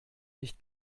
nicht